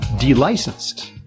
de-licensed